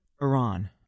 Iran